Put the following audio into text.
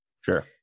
Sure